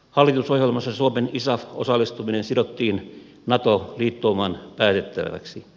hallitusohjelmassa suomen isaf osallistuminen sidottiin nato liittouman päätettäväksi